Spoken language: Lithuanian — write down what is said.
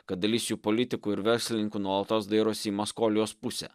kad dalis jų politikų ir verslininkų nuolatos dairosi į maskolijos pusę